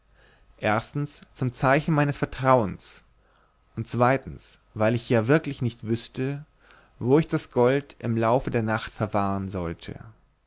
erstens zum zeichen meines vertrauens und zweitens weil ich ja wirklich nicht wüßte wo ich das gold im laufe der nacht verwahren sollte